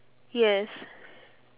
yes